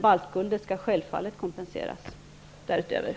Baltguldet skall därutöver självklart kompenseras.